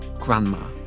grandma